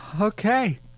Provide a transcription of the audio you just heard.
Okay